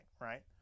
right